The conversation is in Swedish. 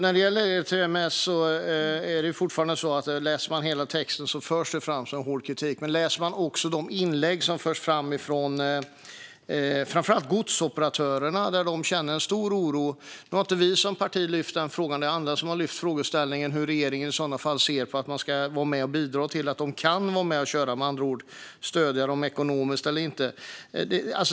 Fru talman! Läser man hela texten om ERTMS ser man att det förs fram hård kritik. Framför allt godsoperatörerna uttrycker i sina inlägg en stor oro. Nu har inte vi som parti lyft frågan, men det är andra som har gjort det, hur regeringen ser på huruvida man ska vara med och bidra till att de kan vara med och köra, med andra ord stödja dem ekonomiskt, eller inte.